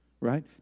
right